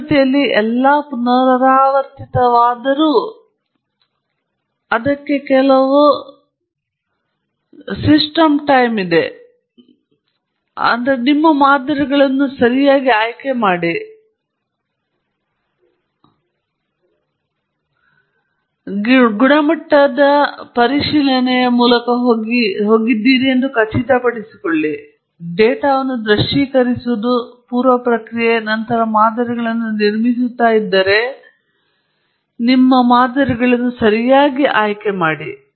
ಪ್ರಕೃತಿಯಲ್ಲಿ ಎಲ್ಲಾ ಪುನರಾವರ್ತಿತವಾದರೂ ಆದರೆ ಅದಕ್ಕೆ ಕೆಲವು ಸಿಸ್ಟಂಟೈಜಿಮ್ ಇದೆ ನಿಮ್ಮ ಮಾದರಿಗಳನ್ನು ಸರಿಯಾಗಿ ಆಯ್ಕೆ ಮಾಡಿ ಮತ್ತು ನೀವು ಡೇಟಾ ಗುಣಮಟ್ಟದ ಪರಿಶೀಲನೆಯ ಮೂಲಕ ಹೋಗಿ ಎಂದು ಖಚಿತಪಡಿಸಿಕೊಳ್ಳಿ ಡೇಟಾವನ್ನು ದೃಶ್ಯೀಕರಿಸುವುದು ಪೂರ್ವ ಪ್ರಕ್ರಿಯೆ ನಂತರ ನೀವು ಮಾದರಿಗಳನ್ನು ನಿರ್ಮಿಸುತ್ತಿದ್ದರೆ ಮತ್ತು ಹೀಗೆ ನಿಮ್ಮ ಮಾದರಿಗಳನ್ನು ಸರಿಯಾಗಿ ಆಯ್ಕೆ ಮಾಡಿ